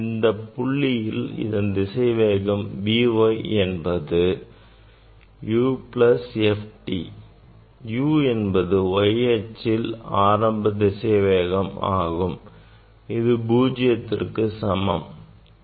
இந்தப் புள்ளியில் அதன் திசைவேகம் V y என்பது u plus f t u என்பது y அச்சில் ஆரம்ப திசை வேகம் ஆகும் அது பூஜ்ஜியத்திற்கு சமமாகும்